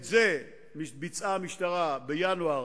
את זה ביצעה המשטרה, בינואר